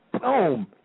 Boom